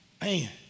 Man